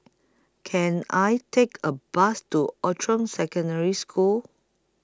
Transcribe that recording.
Can I Take A Bus to Outram Secondary School